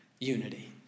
Unity